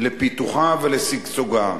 לפיתוחה ולשגשוגה.